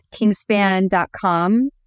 kingspan.com